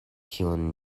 kion